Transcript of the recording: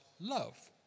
love